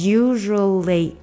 usually